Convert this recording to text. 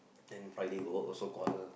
then Friday go work also quarrel